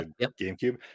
gamecube